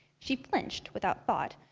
she flinched without thought,